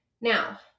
Now